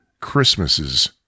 Christmases